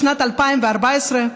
בשנת 2014,